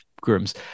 grooms